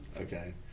Okay